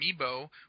amiibo